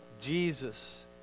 Jesus